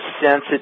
sensitive